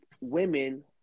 women